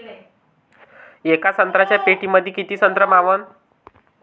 येका संत्र्याच्या पेटीमंदी किती संत्र मावन?